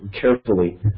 carefully